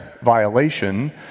violation